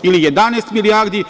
Prihodi su povećani za 2,41% ili 11 milijardi